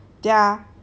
one otter-sized